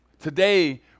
Today